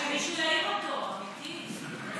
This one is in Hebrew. אז שמישהו יעיר אותו, אמיתי.